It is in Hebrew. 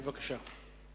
בבקשה.